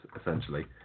essentially